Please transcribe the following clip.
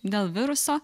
dėl viruso